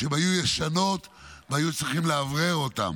שהיו ישנות והיה צורך לאוורר אותן.